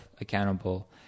accountable